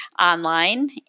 online